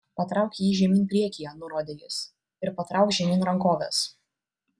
patrauk jį žemyn priekyje nurodė jis ir patrauk žemyn rankoves